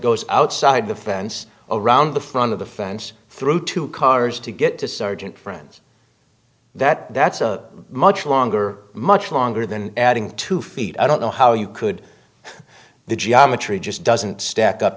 goes outside the fence around the front of the fence through two cars to get to sergeant friends that that's a much longer much longer than adding two feet i don't know how you could the geometry just doesn't stack up